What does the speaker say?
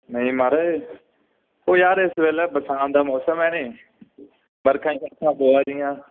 नेंई माराज ओह् यार इस बेल्लै बरसांत दा मौसम ऐ नी बरखां शरखां पवै दियां